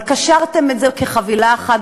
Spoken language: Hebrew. אבל קשרתם את זה כחבילה אחת,